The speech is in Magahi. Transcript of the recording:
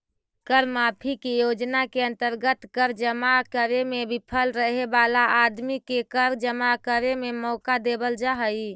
कर माफी के योजना के अंतर्गत कर जमा करे में विफल रहे वाला आदमी के कर जमा करे के मौका देवल जा हई